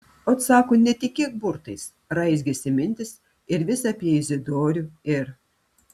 ot sako netikėk burtais raizgėsi mintys ir vis apie izidorių ir